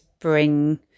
bring